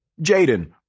Jaden